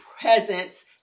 presence